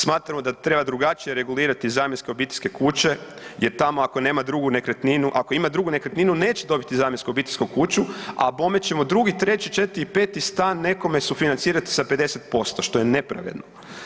Smatramo da treba drugačije regulirati zamjenske obiteljske kuće jer tamo ako nema drugu nekretninu, ako ima drugu nekretninu neće dobiti zamjensku obiteljsku kuću, a bome ćemo drugi, treći, četvrti i peti stan nekome sufinancirati sa 50%, što je nepravedno.